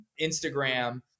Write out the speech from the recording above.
Instagram